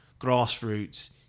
Grassroots